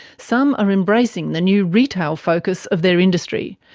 some are embracing the new retail focus of their industry,